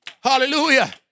Hallelujah